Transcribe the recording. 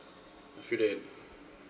I feel that